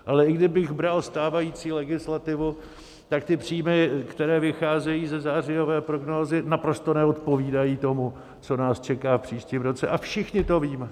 Ale i kdybych bral stávající legislativu, tak ty příjmy, které vycházejí ze zářijové prognózy, naprosto neodpovídají tomu, co nás čeká v příštím roce, a všichni to víme.